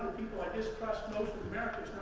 people i distrust most in america